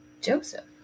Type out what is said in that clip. Joseph